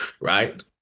right